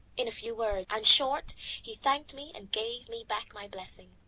in few words and short he thanked me and gave me back my blessing.